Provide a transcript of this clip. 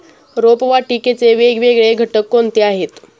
रोपवाटिकेचे वेगवेगळे घटक कोणते आहेत?